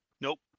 Nope